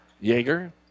Jaeger